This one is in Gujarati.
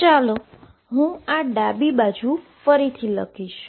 તો ચાલો હું આ ડાબી બાજુ ફરીથી લખીશ